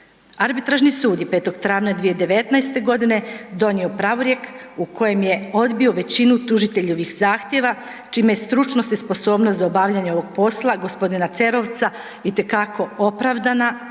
Arbitražni sud je 5. travnja 2019. g. donio pravorijek u kojem je odbio većinu tužiteljevih zahtjeva čime je stručnost i sposobnost za obavljanje ovog posla g. Cerovca itekako opravdana